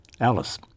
Alice